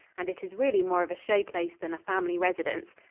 and it is really more of a show-place than a family residence.